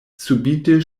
subite